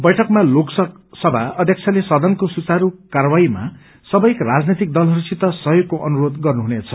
बैठकमा लोकसभा अध्यक्ष सदनको सुचारू कार्यवाहीमा सबै राजनैतिक दलहरूसित सहयोगको अनुरोध गर्नुहुनेछ